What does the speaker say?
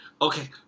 Okay